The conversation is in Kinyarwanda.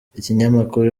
ikinyamakuru